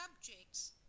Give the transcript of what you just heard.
subjects